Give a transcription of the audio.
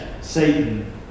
Satan